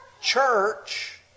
Church